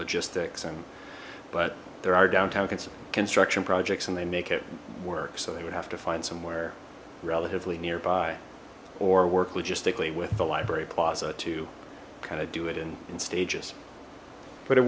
logistics and but there are downtown construction projects and they make it work so they would have to find somewhere relatively nearby or work logistically with the library plaza to kind of do it in stages but it